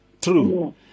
True